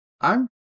I'm-